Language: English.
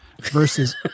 versus